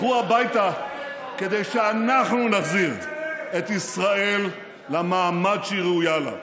לכו הביתה כדי שאנחנו נחזיר את ישראל למעמד שהיא ראויה לו.